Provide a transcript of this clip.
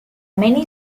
many